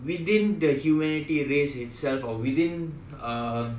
within the humanity race itself or within a